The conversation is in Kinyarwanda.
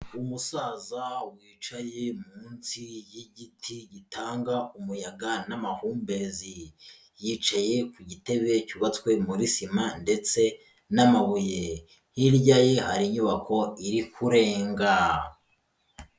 Umusaza wicaye munsi y'igiti gitanga umuyaga n'amahumbezi, yicaye ku gitebe cyubatswe muri sima ndetse n'amabuye, hirya ye hari inyubako iri kurenga.